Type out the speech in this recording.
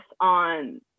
on